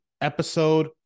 episode